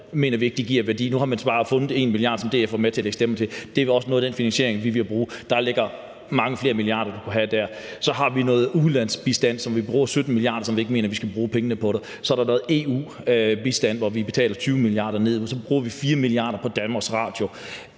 mener vi ikke giver værdi. Nu har man så bare fundet 1 mia. kr., som DF var med til at lægge stemmer til. Det er også noget af den finansiering, vi vil bruge. Der ligger mange flere milliarder, vi kunne få, der. Så har vi noget ulandsbistand, som vi bruger 17 mia. kr. på, og som vi ikke mener vi skal bruge pengene på. Så er der noget EU-bistand, hvor vi betaler 20 mia. kr. Så bruger vi 4 mia. kr. på Danmarks Radio.